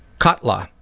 cutla